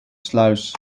sluis